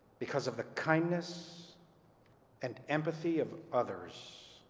because of the kindness and empathy of others,